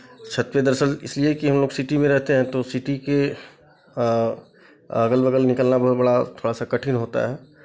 छत पे दरअसल इसलिए कि हम लोग सिटी में रहते हैं तो सिटी के अगल बगल निकलना बहुत बड़ा थोड़ा सा कठिन होता है